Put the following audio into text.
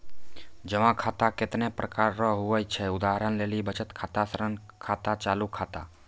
जमा खाता कतैने प्रकार रो हुवै छै उदाहरण लेली बचत खाता ऋण खाता चालू खाता